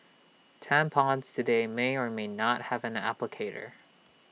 tampons today may or may not have an applicator